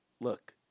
look